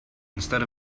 instead